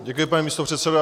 Děkuji, pane místopředsedo.